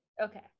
Okay